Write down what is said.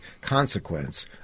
consequence